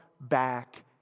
back